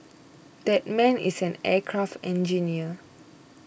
that man is an aircraft engineer